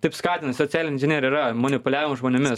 taip skatina socialinė žinia ir yra manipuliavimo žmonėmis